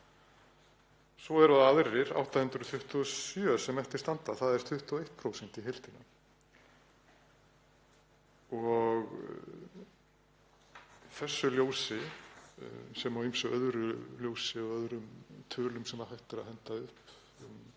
Svo eru aðrar 827 sem eftir standa. Það er 21% í heildina. Í þessu ljósi sem og ýmsu öðru ljósi og öðrum tölum sem hægt er að henda upp